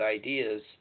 ideas